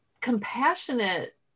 compassionate